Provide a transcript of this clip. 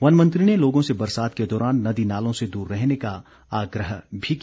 one मंत्री ने लोगों से बरसात के दौरान नदी नालों से दूर रहने का आग्रह भी किया